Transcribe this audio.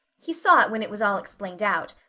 he saw it when it was all explained out.